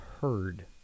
heard